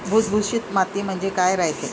भुसभुशीत माती म्हणजे काय रायते?